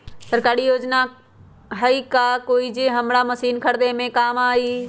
सरकारी योजना हई का कोइ जे से हमरा मशीन खरीदे में काम आई?